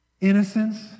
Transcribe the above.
Innocence